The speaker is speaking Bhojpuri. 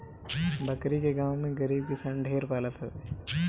बकरी के गांव में गरीब किसान ढेर पालत हवे